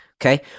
Okay